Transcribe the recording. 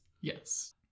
yes